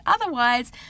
otherwise